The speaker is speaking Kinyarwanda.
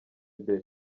day